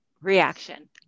Reaction